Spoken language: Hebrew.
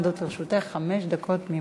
עומדות לרשותך חמש דקות תמימות.